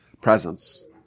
presence